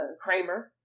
Kramer